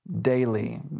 daily